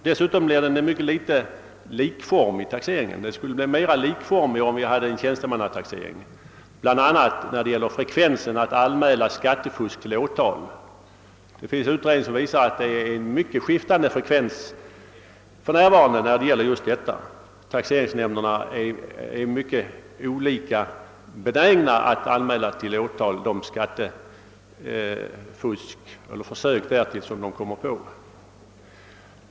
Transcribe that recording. Dessutom blir taxeringen föga likformig, men den skulle bli mer likformig vid tjänstemannataxering, bl.a. när det gäller frekvensen att anmäla skattefusk till åtal. En utredning visar att frekvensen för närvarande är mycket skiftande härvidlag, ty taxeringsnämnderna är mycket olika benägna att till åtal anmäla de skattefusk eller försök därtill som de kommer på.